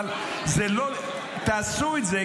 אבל תעשו את זה,